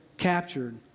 captured